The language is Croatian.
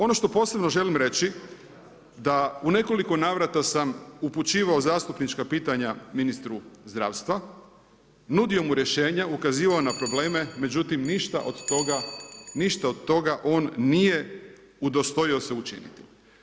Ono što posebno želim reći, da u nekoliko navrata sam upućivao zastupnička pitanja ministru zdravstva, nudio mu rješenja, ukazivao na probleme, međutim, ništa od toga on nije udostojimo se učiniti.